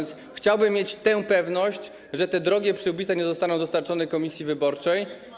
Chciałbym mieć tę pewność, że te drogie przyłbice nie zostaną dostarczone komisji wyborczej.